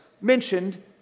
mentioned